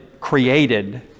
created